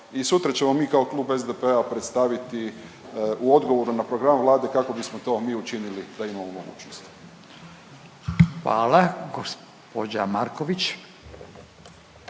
sutra ćemo mi kao klub SDP-a predstaviti u odgovoru na program Vlade kako bismo mi to učinili da imamo mogućnosti. **Radin, Furio